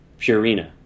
Purina